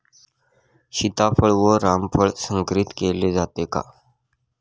सीताफळ व रामफळ संकरित केले जाते का?